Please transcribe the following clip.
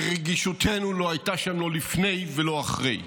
ורגישותנו לא הייתה שם, לא לפני ולא אחרי.